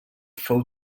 fou